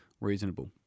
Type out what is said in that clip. reasonable